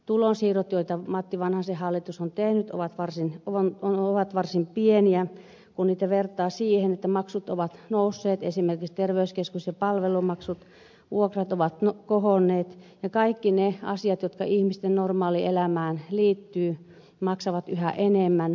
tulonsiirrot joita matti vanhasen hallitus on tehnyt ovat varsin pieniä kun niitä vertaa siihen että maksut ovat nousseet esimerkiksi terveyskeskus ja palvelumaksut vuokrat ovat kohonneet ja kaikki ne asiat jotka ihmisten normaalielämään liittyvät maksavat yhä enemmän